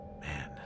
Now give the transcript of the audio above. man